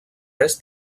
est